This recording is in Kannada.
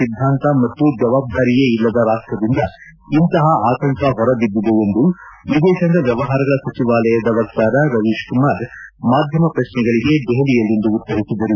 ಸಿದ್ಗಾಂತ ಮತ್ತು ಜವಾಬ್ಗಾರಿಯೇ ಇಲ್ಲದ ರಾಷ್ಪದಿಂದ ಇಂತಹ ಆತಂಕ ಹೊರಬಿದ್ಗಿದೆ ಎಂದು ವಿದೇಶಾಂಗ ವ್ಲವಹಾರಗಳ ಸಚಿವಾಲಯದ ವಕ್ತಾರ ರವೀಶ್ ಕುಮಾರ್ ಮಾಧ್ಯಮ ಶ್ರಶ್ನೆಗಳಿಗೆ ದೆಹಲಿಯಲ್ಲಿಂದು ಉತ್ತರಿಸಿದರು